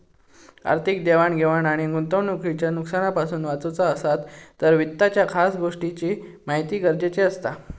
आर्थिक देवाण घेवाण आणि गुंतवणूकीतल्या नुकसानापासना वाचुचा असात तर वित्ताच्या खास गोष्टींची महिती गरजेची असता